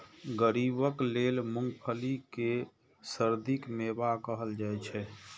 गरीबक लेल मूंगफली कें सर्दीक मेवा कहल जाइ छै